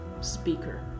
speaker